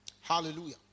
Hallelujah